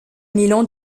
milan